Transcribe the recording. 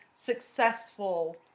successful